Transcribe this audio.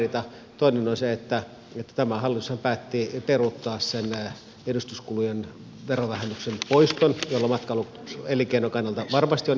toinen on se että tämä hallitushan päätti peruuttaa sen edustuskulujen verovähennyksen poiston jolla matkailuelinkeinon kannalta varmasti on iso merkitys